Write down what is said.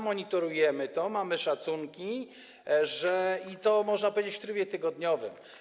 Monitorujemy to, mamy szacunki, i to, można powiedzieć, w trybie tygodniowym.